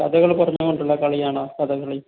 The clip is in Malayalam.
കഥകള് പറഞ്ഞുകൊണ്ടുള്ള കളിയാണോ കഥകളി